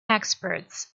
experts